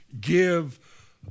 give